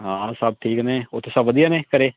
ਹਾਂ ਸਭ ਠੀਕ ਨੇ ਉਥੇ ਸਭ ਵਧੀਆ ਨੇ ਘਰੇ